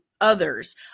others